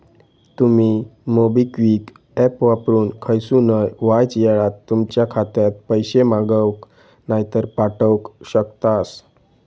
तुमी MobiKwik app वापरून खयसूनय वायच येळात तुमच्या खात्यात पैशे मागवक नायतर पाठवक शकतास